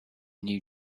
new